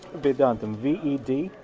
vedantam v e d.